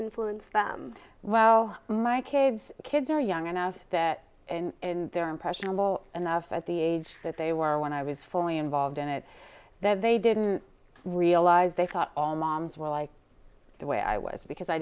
influence them well my kids kids are young enough that in their impressionable enough at the age that they were when i was fully involved in it that they didn't realize they thought all moms were like the way i was because i